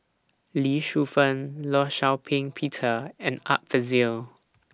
Lee Shu Fen law Shau Ping Peter and Art Fazil